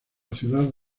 ciudad